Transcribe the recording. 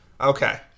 Okay